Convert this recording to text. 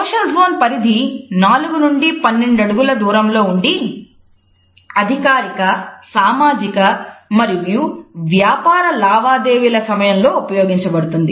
social zone పరిధి 4 నుండి 12 అడుగుల దూరంలో ఉండి అధికారిక సామాజిక మరియు వ్యాపార లావాదేవీల సమయంలో ఉపయోగించబడుతుంది